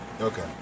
Okay